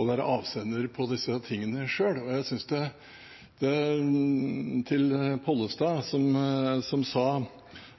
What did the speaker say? å være avsender på disse tingene selv. Til Pollestad, som sa